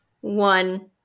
one